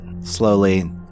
slowly